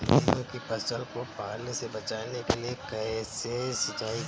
गेहूँ की फसल को पाले से बचाने के लिए कैसे सिंचाई करें?